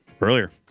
Earlier